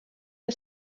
der